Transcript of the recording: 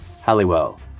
Halliwell